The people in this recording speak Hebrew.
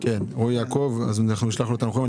רועי יעקב, אנחנו נשלח לו תנחומים.